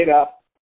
up